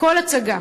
הכול הצגה,